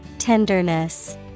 Tenderness